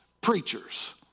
preachers